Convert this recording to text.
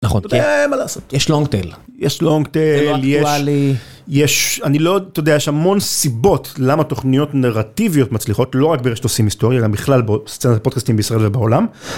נכון, אין מה לעשות, יש long tail יש long tail.. לא אקטואלי.... יש יש אני לא... ת'יודע, יש המון סיבות למה תוכניות נרטיביות מצליחות לא רק ברשת עושים היסטוריה אלא בכלל בסצנת הפודקאסטים בישראל ובעולם.